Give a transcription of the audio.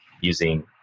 using